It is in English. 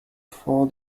for